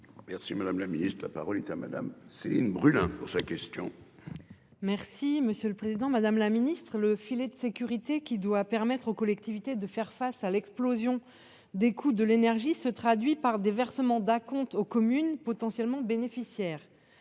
Merci, madame la Ministre de la parole est à madame Céline Brulin pour sa question. Merci, monsieur le Président Madame la Ministre le filet de sécurité qui doit permettre aux collectivités de faire face à l'explosion des coûts de l'énergie se traduit par des versements d'acomptes aux communes potentiellement bénéficiaires